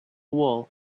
wool